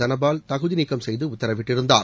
தனபால் தகுதிநீக்கம் செய்து உத்தரவிட்டிருந்தார்